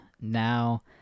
now